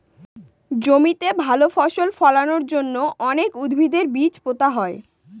জমিতে ভালো ফসল ফলানোর জন্য অনেক উদ্ভিদের বীজ পোতা হয়